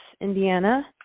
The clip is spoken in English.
Indiana